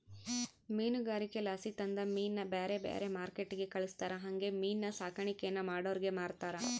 ಮೀನುಗಾರಿಕೆಲಾಸಿ ತಂದ ಮೀನ್ನ ಬ್ಯಾರೆ ಬ್ಯಾರೆ ಮಾರ್ಕೆಟ್ಟಿಗೆ ಕಳಿಸ್ತಾರ ಹಂಗೆ ಮೀನಿನ್ ಸಾಕಾಣಿಕೇನ ಮಾಡೋರಿಗೆ ಮಾರ್ತಾರ